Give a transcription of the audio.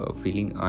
feeling